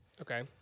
Okay